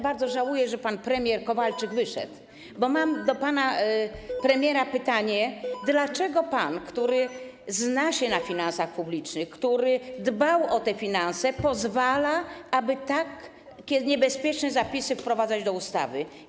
Bardzo żałuję, że pan premier Kowalczyk wyszedł, bo mam do pana premiera pytanie: Dlaczego pan, który zna się na finansach publicznych, który dbał o te finanse, pozwala, aby takie niebezpieczne zapisy wprowadzać do ustawy?